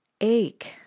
ache